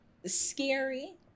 scary